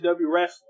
wrestling